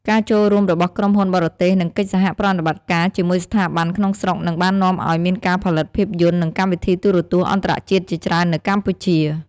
ការចូលរួមរបស់ក្រុមហ៊ុនបរទេស និងកិច្ចសហប្រតិបត្តិការជាមួយស្ថាប័នក្នុងស្រុកនិងបាននាំឱ្យមានការផលិតភាពយន្ត និងកម្មវិធីទូរទស្សន៍អន្តរជាតិជាច្រើននៅកម្ពុជា។